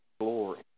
glory